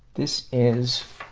this is, ah,